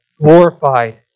glorified